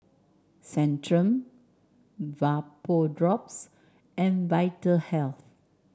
Centrum Vapodrops and Vitahealth